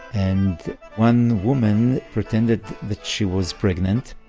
and one woman pretended that she was pregnant,